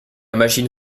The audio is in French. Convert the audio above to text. machine